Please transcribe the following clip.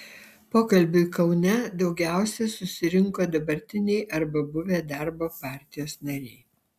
pokalbiui kaune daugiausiai susirinko dabartiniai arba buvę darbo partijos nariai